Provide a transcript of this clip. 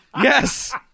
Yes